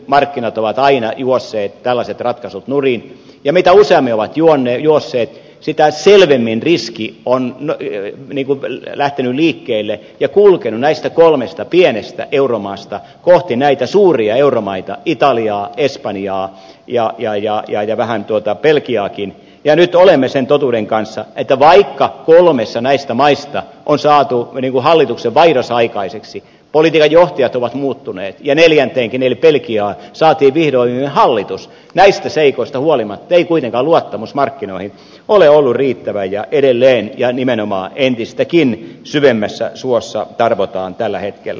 markkinat ovat aina juosseet tällaiset ratkaisut nurin ja mitä useammin ovat juosseet sitä selvemmin riski on lähtenyt liikkeelle ja kulkenut näistä kolmesta pienestä euromaasta kohti näitä suuria euromaita italiaa espanjaa ja vähän belgiaakin ja nyt olemme sen totuuden kanssa että vaikka kolmessa näistä maista on saatu hallituksenvaihdos aikaiseksi politiikan johtajat ovat muuttuneet ja neljänteenkin eli belgiaan saatiin vihdoin hallitus näistä seikoista huolimatta ei kuitenkaan luottamus markkinoihin ole ollut riittävä ja edelleen ja nimenomaan entistäkin syvemmässä suossa tarvotaan tällä hetkellä